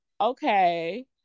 okay